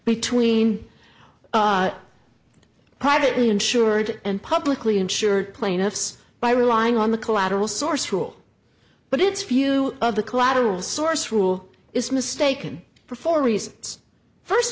between privately insured and publicly insured plaintiffs by relying on the collateral source rule but its view of the collateral source rule is mistaken for four reasons first